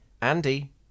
Andy